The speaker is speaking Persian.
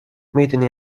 میدونی